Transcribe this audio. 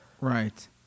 right